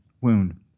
Wound